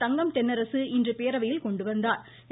தங்கம் தென்னரசு இன்று பேரவையில் கொண்டு வந்தாா்